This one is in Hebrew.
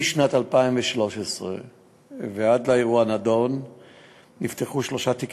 משנת 2013 ועד לאירוע הנדון נפתחו שלושה תיקי